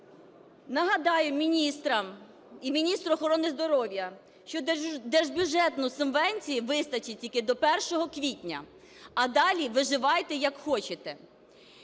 Нагадаю міністрам і міністру охорони здоров'я, що держбюджетної субвенції вистачить тільки до 1 квітня, а далі – виживайте як хочете.